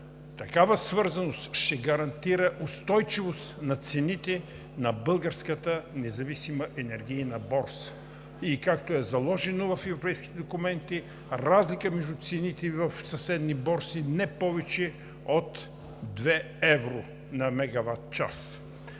Такава свързаност ще гарантира устойчивост на цените на Българската независима енергийна борса и както е заложено в европейските документи – разлика между цените в съседни борси не повече от две евро на мегават час.